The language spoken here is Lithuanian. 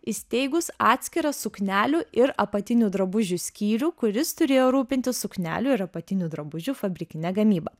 įsteigus atskirą suknelių ir apatinių drabužių skyrių kuris turėjo rūpintis suknelių ir apatinių drabužių fabrikine gamyba